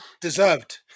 Deserved